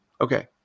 Okay